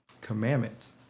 commandments